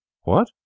What